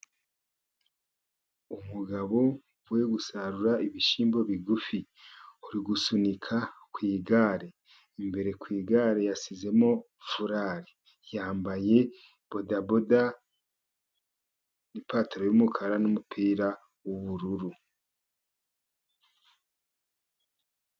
Umugabo uvuye gusarura ibishyimbo bigufi uri gusunika ku igare. Imbere ku igare yasizemo furari, yambaye bodaboda n'ipataro y'umukara, n'umupira w'ubururu.